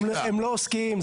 הם לא עוסקים.